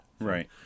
Right